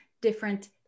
different